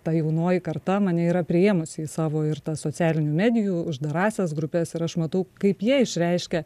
ta jaunoji karta mane yra priėmusi į savo ir socialinių medijų uždarąsias grupes ir aš matau kaip jie išreiškia